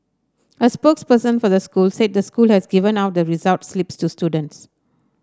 a spokesperson for the school said the school has given out the results slips to students